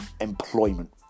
employment